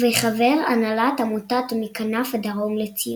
וחבר הנהלת עמותת "מכנף דרום לציון".